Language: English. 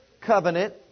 covenant